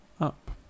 up